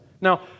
Now